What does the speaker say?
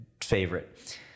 favorite